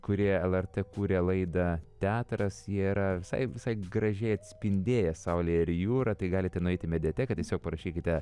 kurie lrt kūrė laidą teatras yra visai visai gražiai atspindėję saulę ir jūrą tai galite nueiti į mediateką tiesiog parašykite